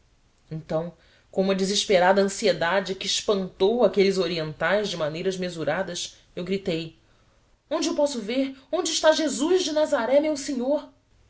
então com uma desesperada ansiedade que espantou aqueles orientais de maneiras mesuradas eu gritei onde o posso ver onde está jesus de nazaré meu senhor